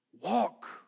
Walk